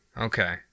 Okay